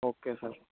okay sir